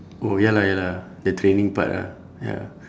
oh ya lah ya lah the training part ah ya